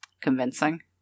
Convincing